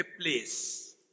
place